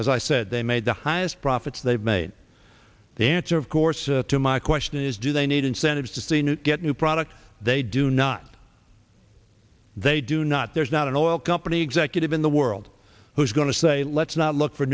as i said they made the highest profits they've made the answer of course to my question is do they need incentives to see new get new product they do not they do not there's not an oil company executive in the world who's going to say let's not look for